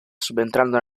subentrando